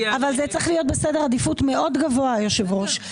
זה צריך להיות בסדר עדיפות מאוד גבוה, היושב-ראש.